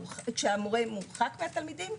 כשהמורה מורחק מהתלמידים.